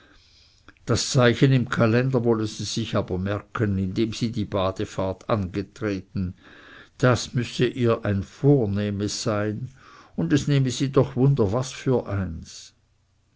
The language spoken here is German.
das zeichen im kalender wolle sie sich aber merken in dem sie die badefahrt angetreten das müsse ihr ein vornehmes sein es nehme sie doch wunder was für eines